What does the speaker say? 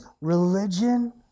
religion